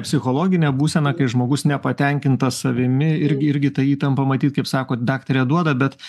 psichologinė būsena kai žmogus nepatenkintas savimi irgi irgi tą įtampą matyt kaip sakot daktare duoda bet